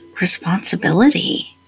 responsibility